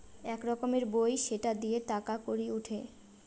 এক রকমের বই সেটা দিয়ে টাকা কড়ি উঠে